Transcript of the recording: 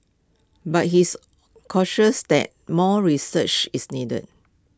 but he's cautious that more research is needed